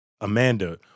Amanda